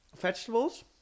vegetables